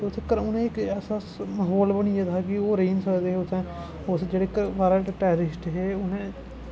एह् चक्कर उ'नेंगी ऐसा म्हौल बनी गेदा हा किओह् रेही निं सकदे हे उत्थै जेह्ड़े बाह्रा दे टैर्रिस्ट हे उ'नें